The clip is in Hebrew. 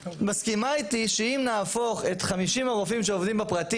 את מסכימה איתי שאם נהפוך את 50 הרופאים שעובדים בפרטי